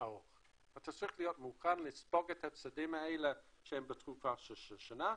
ארוך ואתה צריך להיות מוכן לספוג את ההפסדים האלה כשהן בתקופה של שנה,